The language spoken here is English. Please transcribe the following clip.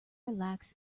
relax